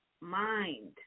mind